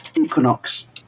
Equinox